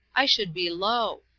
i should be lowe.